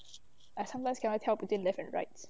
I sometimes cannot tell between left and right